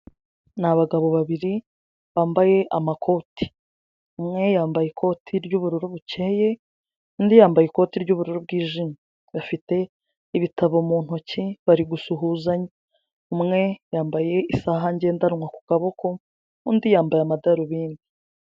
Ni abagabo babiri bambaye amakoti. Umwe yambaye ikoti ry'ubururu bukeye, undi yambaye ikoti ry'ubururu bwijimye. Bafite ibitabo mu ntoki, bari gusuhuzanya. Umwe yambaye isaha ngendanwa ku kaboko, undi yambaye amadarubindi.